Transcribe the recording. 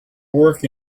work